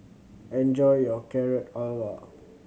enjoy your Carrot Halwa